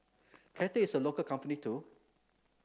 Cathay is a local company too